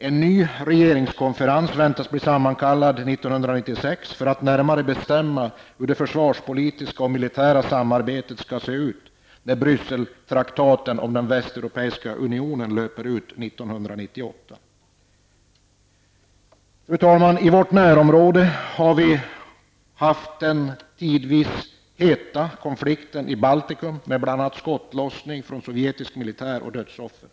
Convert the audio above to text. En ny regeringskonferens väntas bli sammankallad 1996 för att närmare bestämma hur det försvarspolitiska och militära samarbetet skall se ut när Fru talman! I vårt närområde har vi tidvis haft en het konflikt i Baltikum, med bl.a. skottlossning från sovjetisk militär och dödsoffer.